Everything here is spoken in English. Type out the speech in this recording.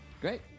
Great